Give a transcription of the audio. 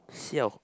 siao